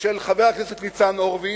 של חבר הכנסת ניצן הורוביץ.